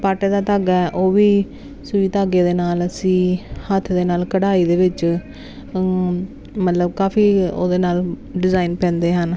ਪਟ ਦਾ ਧਾਗਾ ਉਹ ਵੀ ਸੂਈ ਧਾਗੇ ਦੇ ਨਾਲ ਅਸੀਂ ਹੱਥ ਦੇ ਨਾਲ ਕਢਾਈ ਦੇ ਵਿੱਚ ਮਤਲਬ ਕਾਫੀ ਉਹਦੇ ਨਾਲ ਡਿਜ਼ਾਇਨ ਪੈਂਦੇ ਹਨ